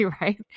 right